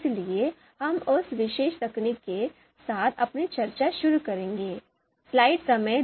इसलिए हम उस विशेष तकनीक के साथ अपनी चर्चा शुरू करेंगे